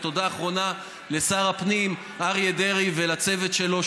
תודה אחרונה לשר הפנים אריה דרעי ולצוות שלו.